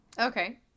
Okay